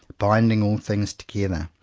binding all things together,